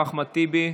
אחמד טיבי,